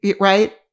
right